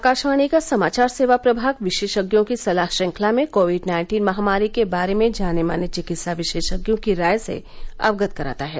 आकाशवाणी का समाचार सेवा प्रभाग विशेषज्ञों की सलाह श्रंखला में कोविड नाइन्टीन महामारी के बारे में जाने माने चिकित्सा विशेषज्ञों की राय से अवगत कराता है